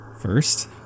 First